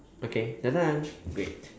okay we're done great